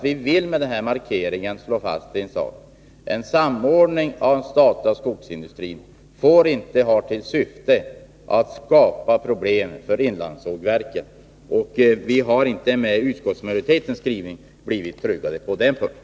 Vi vill med denna markering slå fast en sak. En samordning av den statliga skogsindustrin får inte ha till syfte att skapa problem för inlandssågverken. Och med utskottsmajoritetens skrivning har vi inte blivit tryggare på den punkten.